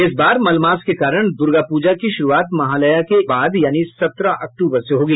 इस बार मलमास के कारण दुर्गापूजा की शुरुआत महालया के एक महीने बाद यानी सत्रह अक्टूबर से होगी